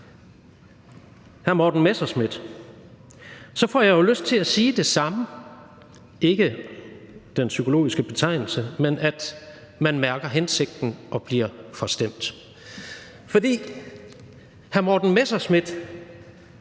hr. Morten Messerschmidt, får jeg jo lyst til at sige det samme, ikke i forhold til den psykologiske betegnelse, men at man mærker hensigten og bliver forstemt. For hr. Morten Messerschmidt